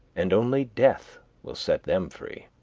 and only death will set them free.